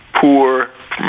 poor